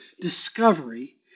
discovery